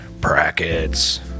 Brackets